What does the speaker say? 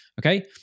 okay